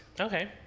Okay